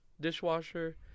dishwasher